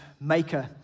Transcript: maker